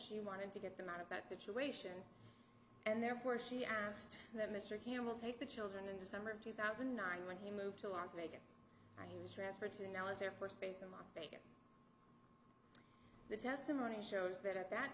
she wanted to get them out of that situation and therefore she asked that mr hamel take the children in december of two thousand and nine when he moved to las vegas and he was transferred to now us air force base in moscow the testimony shows that at that